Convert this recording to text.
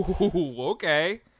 Okay